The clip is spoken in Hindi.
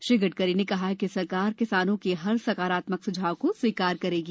श्री गडकरी ने कहा कि सरकार किसानों के हर सकारात्मक स्झाव को स्वीकार करेगी